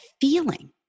feeling